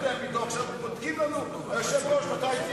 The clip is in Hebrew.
עכשיו בודקים לנו מתי,